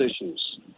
issues